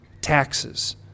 taxes